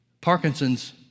Parkinson's